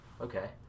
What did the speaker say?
okay